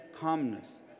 calmness